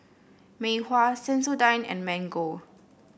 Mei Hua Sensodyne and Mango